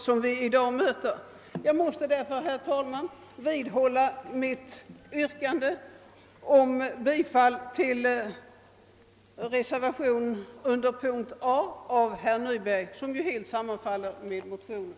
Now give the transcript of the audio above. Jag måste därför, herr talman, vidhålla mitt yrkande om bifall till reservationen I av herr Nyberg, vilken helt sammanfaller med motionen.